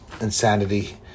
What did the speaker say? insanity